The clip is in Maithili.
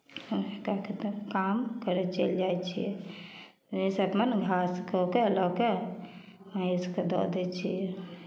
हम ओहि टाइमके तऽ काम करय लेल चलि जाइ छियै एहि सभमे नहि घास कऽ के लऽ के महीँसके दऽ दै छियै